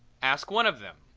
ask one of them.